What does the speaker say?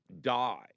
die